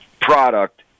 product